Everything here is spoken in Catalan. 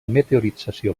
meteorització